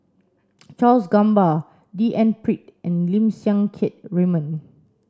Charles Gamba D N Pritt and Lim Siang Keat Raymond